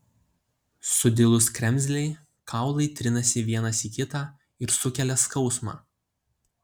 sudilus kremzlei kaulai trinasi vienas į kitą ir sukelia skausmą